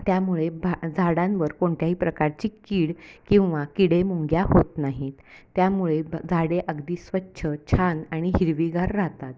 त्यामुळे भा झाडांवर कोणत्याही प्रकारची कीड किंवा किडे मुंग्या होत नाहीत त्यामुळे ब झाडे अगदी स्वच्छ छान आणि हिरवीगार राहतात